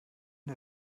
der